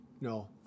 No